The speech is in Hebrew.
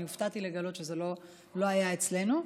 הופתעתי לגלות שזה לא היה אצלנו.